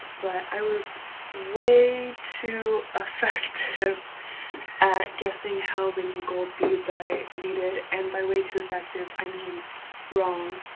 but i was way too effective at guessing how many gold beads i needed and by way too effective i mean wrong